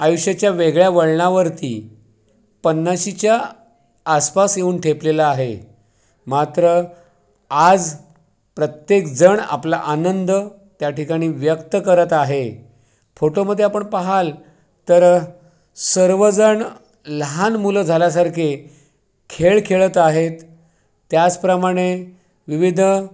आयुष्याच्या वेगळ्या वळणावरती पन्नाशीच्या आसपास येऊन ठेपलेला आहे मात्र आज प्रत्येकजण आपला आनंद त्या ठिकाणी व्यक्त करत आहे फोटोमध्ये आपण पाहाल तर सर्वजण लहान मुलं झाल्यासारखे खेळ खेळत आहेत त्याचप्रमाणे विविध